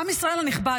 עם ישראל הנכבד,